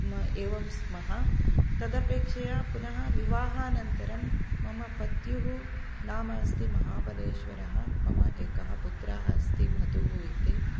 एवं स्मः तदपेक्षया पुनः विवाहानन्तरं मम पत्युः नाम अस्ति महाबलेश्वरः मम एकः पुत्रः अस्ति मधुः इति